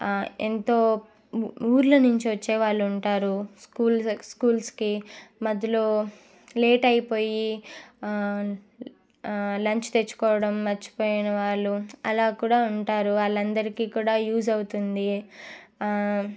ఎంతో ఊళ్ళ నుంచి వచ్చేవాళ్ళు ఉంటారు స్కూల్స్ స్కూల్స్కి మధ్యలో లేట్ అయిపోయి లంచ్ తెచ్చుకోవడం మరచిపోయిన వాళ్ళు అలా కూడా ఉంటారు వాళ్ళందరికీ కూడా యూజ్ అవుతుంది